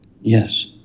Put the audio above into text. Yes